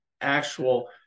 actual